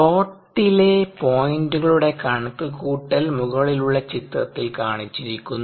പ്ലോട്ടിലെ പോയിന്റുകളുടെ കണക്കുകൂട്ടൽ മുകളിലുള്ള ചിത്രത്തിൽ കാണിച്ചിരിക്കുന്നു